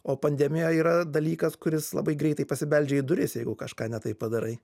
o pandemija yra dalykas kuris labai greitai pasibeldžia į duris jeigu kažką ne taip padarai